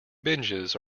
binges